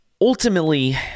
Ultimately